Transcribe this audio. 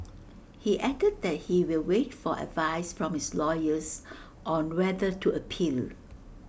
he added that he will wait for advice from his lawyers on whether to appeal